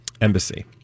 embassy